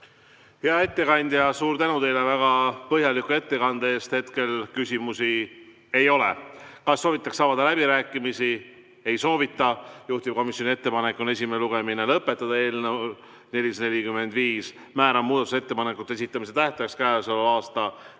Hea ettekandja, suur tänu teile väga põhjaliku ettekande eest! Hetkel küsimusi ei ole. Kas soovitakse avada läbirääkimisi? Ei soovita. Juhtivkomisjoni ettepanek on eelnõu 445 esimene lugemine lõpetada. Määran muudatusettepanekute esitamise tähtajaks k.a 22.